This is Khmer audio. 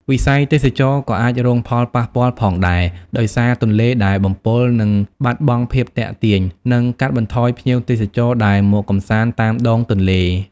វិស័យទេសចរណ៍ក៏អាចរងផលប៉ះពាល់ផងដែរ ដោយសារទន្លេដែលបំពុលនឹងបាត់បង់ភាពទាក់ទាញ និងកាត់បន្ថយភ្ញៀវទេសចរដែលមកកម្សាន្តតាមដងទន្លេ។